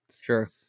sure